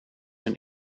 een